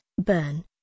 Burn